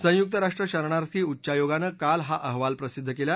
संयुक राष्ट्र शरणार्थी उच्चायोगानं काल हा अहवाल प्रसिद्ध केला